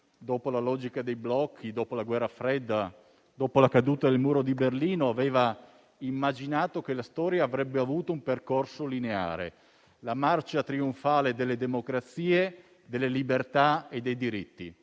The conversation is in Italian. dopo la logica dei blocchi, dopo la guerra fredda, dopo la caduta del muro di Berlino, aveva immaginato che la storia avrebbe avuto un percorso lineare, la marcia trionfale delle democrazie, delle libertà e dei diritti.